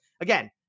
Again